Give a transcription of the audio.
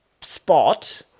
spot